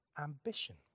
ambition